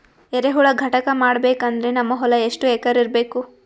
ಎರೆಹುಳ ಘಟಕ ಮಾಡಬೇಕಂದ್ರೆ ನಮ್ಮ ಹೊಲ ಎಷ್ಟು ಎಕರ್ ಇರಬೇಕು?